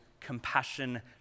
compassion